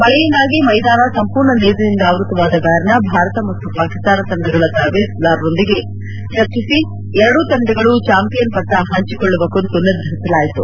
ಮಳೆಯಿಂದಾಗಿ ಮೈದಾನ ಸಂಪೂರ್ಣ ನೀರಿನಿಂದ ಆವ್ವತವಾದ ಕಾರಣ ಭಾರತ ಮತ್ತು ಪಾಕಿಸ್ತಾನ ತಂಡಗಳ ತರಬೇತುದಾರರೊಂದಿಗೆ ಚರ್ಚಿಸಿ ಎರಡೂ ತಂಡಗಳು ಚಾಂಪಿಯನ್ ಪಟ್ಟ ಹಂಚಿಕೊಳ್ಳುವ ಕುರಿತು ನಿರ್ಧರಿಸಲಾಯಿತು